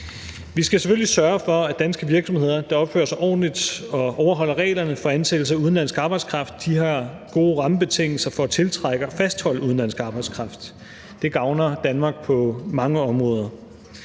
Vi skal selvfølgelig sørge for, at danske virksomheder, der opfører sig ordentligt og overholder reglerne for ansættelse af udenlandsk arbejdskraft, har gode rammebetingelser for at tiltrække og fastholde udenlandsk arbejdskraft. Det gavner Danmark på mange områder,